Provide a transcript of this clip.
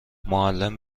معلم